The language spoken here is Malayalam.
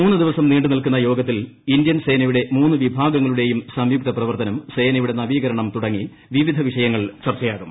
മൂന്ന് ദിവസം നീണ്ടു നിൽക്കുന്ന യോഗത്തിൽ ഇന്ത്യൻ സേനയുടെ മൂന്ന് വിഭാഗങ്ങളുടെയും സംയുക്ത പ്രവർത്തനം സേനയുടെ നവീകരണം തുടങ്ങി വിവിധ വിഷയങ്ങൾ ചർച്ചയാകും